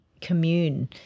commune